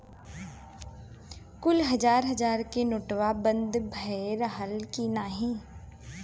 कुल हजार हजार के नोट्वा बंद भए रहल की नाही